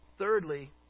Thirdly